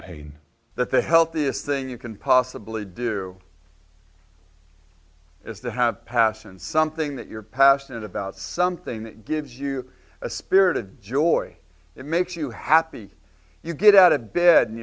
pain that the healthiest thing you can possibly do is that have passion something that you're passionate about something that gives you a spirit of joy it makes you happy you get out of bed and